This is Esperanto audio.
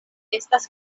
estas